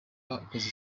bakoze